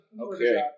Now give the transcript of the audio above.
Okay